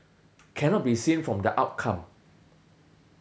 cannot be seen from the outcome